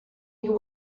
think